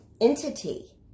entity